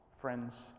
friends